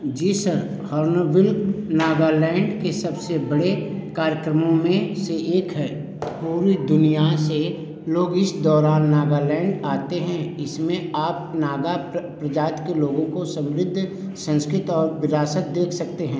जी sir Hornbill Nagaland के सबसे बड़े कार्यक्रमों में से एक है पूरी दुनिया से लोग इस दौरान नागालैंड आते हैं इसमें आप ना नागा प्रजाति के लोगों की समृद्ध संस्कृति और विरासत देख सकते हैं